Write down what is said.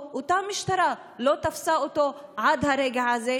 אותה משטרה לא תפסה אותו עד הרגע הזה,